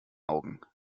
augen